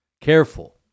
careful